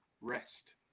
rest